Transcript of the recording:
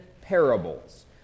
parables